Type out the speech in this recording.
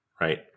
Right